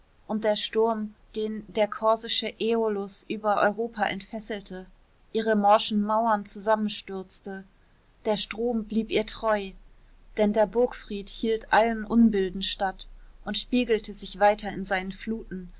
und der sturm den der korsische äolus über europa entfesselte ihre morschen mauern zusammenstürzte der strom blieb ihr treu denn der burgfried hielt allen unbilden stand und spiegelte sich weiter in seinen fluten